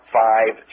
five